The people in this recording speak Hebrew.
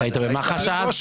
אתה היית במח"ש, אז?